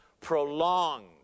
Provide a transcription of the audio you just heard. ...prolonged